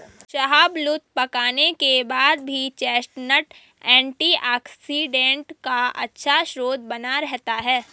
शाहबलूत पकाने के बाद भी चेस्टनट एंटीऑक्सीडेंट का अच्छा स्रोत बना रहता है